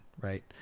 right